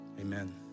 amen